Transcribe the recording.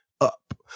up